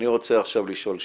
אני רוצה לשאול עכשיו,